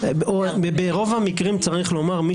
אנחנו באירוע טוב בהקשר הזה.